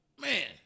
man